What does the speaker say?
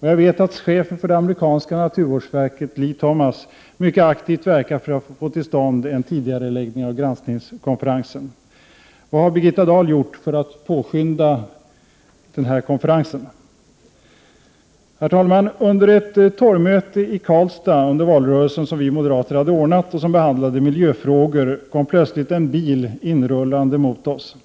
Jag vet att chefen för det amerikanska naturvårdsverket, Lee Thomas, mycket aktivt verkar för att få till stånd en tidigareläggning av granskningskonferensen. Herr talman! Under ett torgmöte i Karlstad under valrörelsen som vi moderater hade ordnat och som behandlade miljöfrågor kom plötsligt en bil inrullande mot oss.